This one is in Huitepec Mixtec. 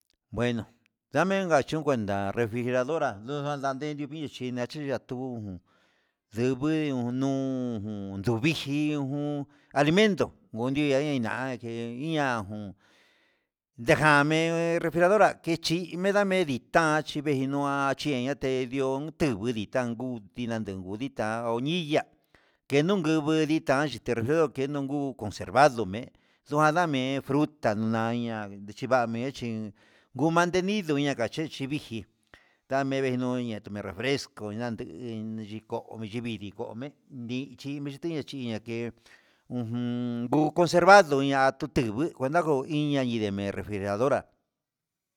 Bueno ndame nunu ndanda refrijeradora n ndaje numichí chinachina tu un ndevii ndunuu jun, nduviji jun alimento nduni noina ke nia jun, ndejame refrijeradora dekechi edame nditan chí veinua chinachinate ndio tungue ditan ngu tinanunu nditau, oniya kenunjun nditayu te refrijeror ndugu conservado ne'e, dame fruta naya chiva'a mejin ngu mantenido ña'a ngache cheriji, ndeme meyuyanani kuu refresco nande yiko'o, yivii ndikome ndichi chimeya chiya ye'e ngu conservadoña ndute ngui cuenta nguu iin ñayide refrijeradora.